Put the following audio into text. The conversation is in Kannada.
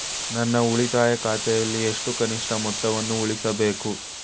ನನ್ನ ಉಳಿತಾಯ ಖಾತೆಯಲ್ಲಿ ಎಷ್ಟು ಕನಿಷ್ಠ ಮೊತ್ತವನ್ನು ಉಳಿಸಬೇಕು?